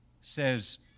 says